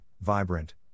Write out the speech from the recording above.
vibrant